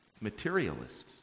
materialists